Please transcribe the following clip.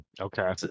Okay